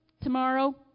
tomorrow